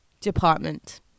department